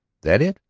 that it?